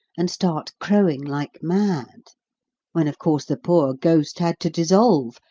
and start crowing like mad when, of course, the poor ghost had to dissolve,